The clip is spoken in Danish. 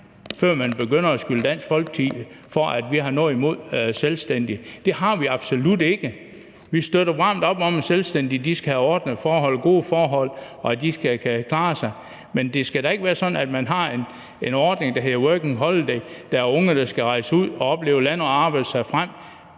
før man begynder at beskylde Dansk Folkeparti for, at vi har noget imod selvstændige. Det har vi absolut ikke. Vi støtter varmt op om, at selvstændige skal have ordnede forhold, gode forhold, og at de skal kunne klare sig, men det skal da ikke være sådan, at man har en ordning, der hedder Working Holiday, hvor det er unge, der skal rejse og opleve lande og arbejde sig frem,